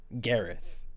Gareth